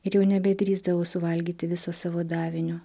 ir jau nebedrįsdavo suvalgyti viso savo davinio